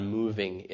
moving